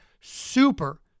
super